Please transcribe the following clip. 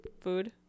food